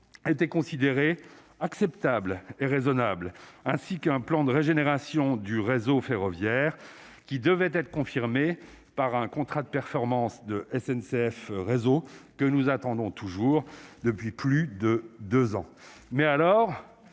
étaient considérées acceptables et raisonnables, ainsi qu'un plan de régénération du réseau ferroviaire, qui devait être confirmée par un contrat de performance de SNCF, réseau que nous attendons toujours depuis plus de 2 ans, mais alors,